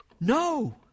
No